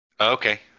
Okay